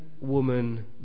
woman